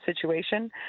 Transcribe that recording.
situation